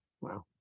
Wow